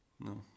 no